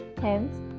hence